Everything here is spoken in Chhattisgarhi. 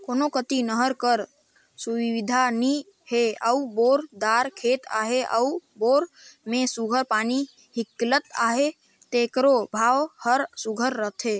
कोनो कती नहर कर सुबिधा नी हे अउ बोर दार खेत अहे अउ बोर में सुग्घर पानी हिंकलत अहे तेकरो भाव हर सुघर रहथे